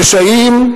רשעים,